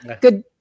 good